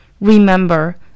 Remember